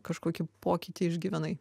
kažkokį pokytį išgyvenai